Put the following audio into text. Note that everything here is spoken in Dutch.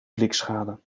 blikschade